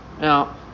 Now